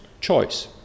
choice